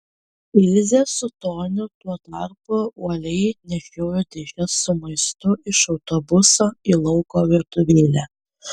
ilzė su toniu tuo tarpu uoliai nešiojo dėžes su maistu iš autobuso į lauko virtuvėlę